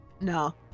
No